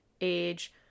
age